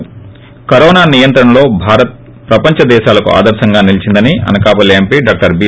ి కరోనా నియంత్రణలో భారత్ ప్రపంచ దేశాలకు ఆదర్పంగా నిలీచిందని అనకాపల్లి ఎంపీ డాక్టర్ బి